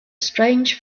strange